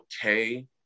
okay